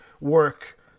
work